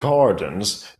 gardens